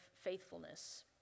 faithfulness